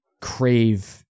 crave